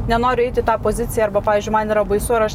nenoriu eit į tą poziciją arba pavyzdžiui man yra baisu ar aš